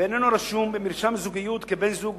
ואינו רשום במרשם זוגיות כבן-זוג